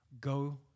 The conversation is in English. Go